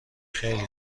خیلی